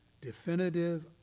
definitive